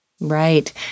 Right